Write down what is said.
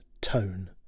tone